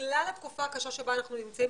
בגלל התקופה הקשה שאנחנו נמצאים,